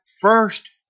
first